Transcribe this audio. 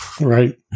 Right